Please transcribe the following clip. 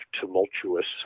tumultuous